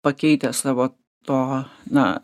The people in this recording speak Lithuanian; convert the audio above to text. pakeitęs savo to na